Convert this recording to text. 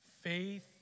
Faith